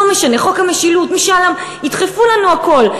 לא משנה, חוק המשילות, משאל עם, ידחפו לנו הכול.